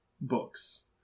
books